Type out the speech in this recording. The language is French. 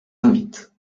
invite